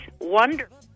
wonderful